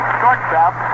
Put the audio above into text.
shortstop